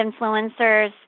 influencers